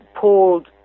pulled